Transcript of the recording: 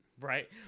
Right